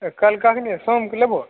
कल काहे ने सामके लेभो